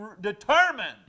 determined